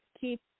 keep